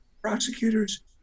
prosecutors